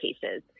cases